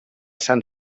san